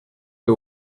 the